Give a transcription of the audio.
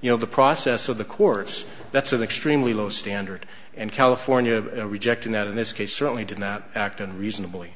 you know the process of the courts that's an extremely low standard and california rejecting that in this case certainly did not act in reasonably